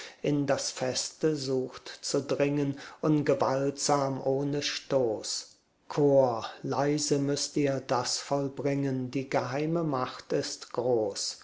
in das feste sucht zu dringen ungewaltsam ohne stoß chor leise müßt ihr das vollbringen die geheime macht ist groß